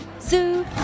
Zoo